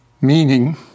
meaning